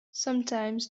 sometimes